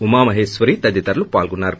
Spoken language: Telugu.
ఉమామహేశ్వరి తదితరులు పాల్గొన్నారు